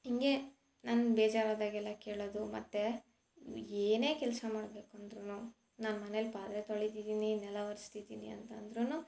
ಹೀಗೆ ನಂಗೆ ಬೇಜಾರಾದಗೆಲ್ಲ ಕೇಳೋದು ಮತ್ತು ಏನೇ ಕೆಲಸ ಮಾಡ್ಬೇಕು ಅಂದ್ರು ನಾನು ಮನೇಲಿ ಪಾತ್ರೆ ತೊಳಿತಿದ್ದೀನಿ ನೆಲ ಒರ್ಸ್ತಿದ್ದೀನಿ ಅಂತ ಅಂದ್ರು